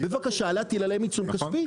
בבקשה להטיל עליהם עיצום כספי.